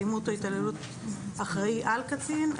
אלימות או התעללות אחראי על קטין,